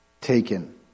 taken